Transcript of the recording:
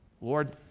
Lord